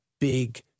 big